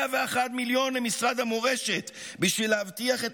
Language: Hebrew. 101 מיליון למשרד המורשת בשביל להבטיח את